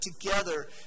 together